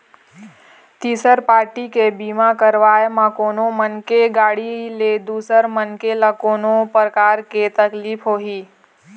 तिसर पारटी के बीमा करवाय म कोनो मनखे के गाड़ी ले दूसर मनखे ल कोनो परकार के तकलीफ होही